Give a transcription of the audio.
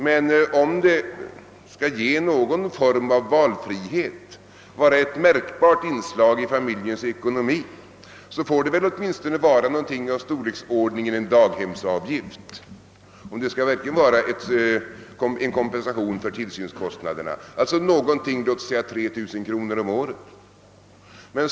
Men skall det ge någon form av valfrihet och vara ett märbart inslag i familjens ekonomi som verkligen blir en kompensation för tillsynskostnaderna, får det väl åtminstone vara någonting i storleksordningen en daghemsavgift, d.v.s. omkring 3 000 kronor om året.